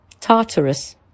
Tartarus